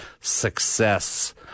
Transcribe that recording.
success